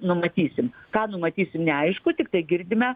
numatysim ką numatysim neaišku tiktai girdime